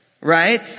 right